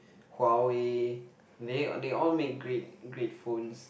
Huawei they they all make great great phones